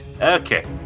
Okay